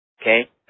Okay